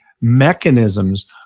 mechanisms